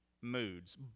moods